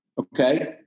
okay